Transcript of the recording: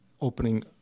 opening